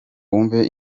wumve